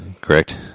Correct